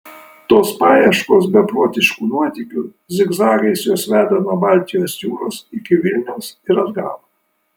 tos paieškos beprotiškų nuotykių zigzagais juos veda nuo baltijos jūros iki vilniaus ir atgal